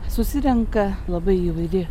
susirenka labai įvairi